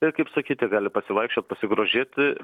ir kaip sakyti gali pasivaikščiot pasigrožėti